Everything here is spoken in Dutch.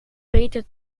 peter